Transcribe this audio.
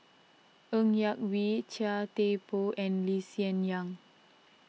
Ng Yak Whee Chia Thye Poh and Lee Hsien Yang